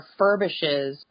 refurbishes